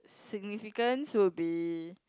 significance would be